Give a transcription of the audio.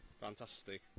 Fantastic